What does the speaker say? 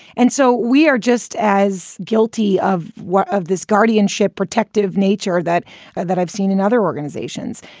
and so we are just as guilty of what of this guardianship protective nature that and that i've seen in other organizations.